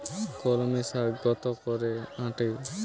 কলমি শাখ কত করে আঁটি?